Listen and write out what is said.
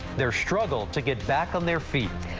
their struggle to get back on their feet.